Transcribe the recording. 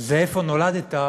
זה איפה נולדת?